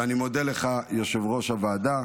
ואני מודה לך, יושב-ראש הוועדה.